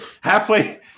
Halfway